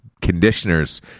conditioners